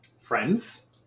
friends